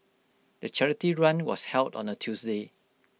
the charity run was held on A Tuesday